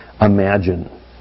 imagine